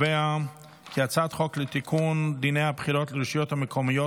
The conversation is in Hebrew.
להעביר את הצעת חוק לתיקון דיני הבחירות לרשויות המקומיות